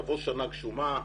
תבוא שנה גשומה,